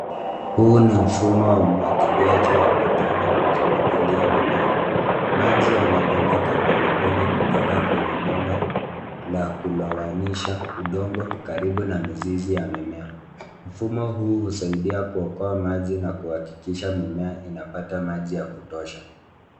Huu ni mfumo wa umwagiliaji wa matone ukimwagilia mimea. Maji yanadondoka pole pole kutoka kwenye bomba la kulawanisha udongo karibu na mizizi ya mimea. Mfumo huu husaidia kuokoa maji na kuhakikisha mimea inapata maji ya kutosha.